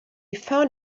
found